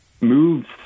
moves